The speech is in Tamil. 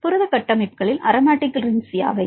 புரத கட்டமைப்புகளில் அரோமாட்டிக் ரிங்ஸ் யாவை